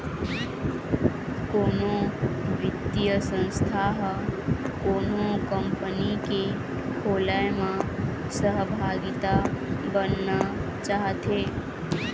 कोनो बित्तीय संस्था ह कोनो कंपनी के खोलय म सहभागिता बनना चाहथे